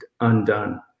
undone